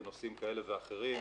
בנושאים כאלה ואחרים.